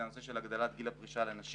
וזה הנושא של הגדלת גיל הפרישה לנשים.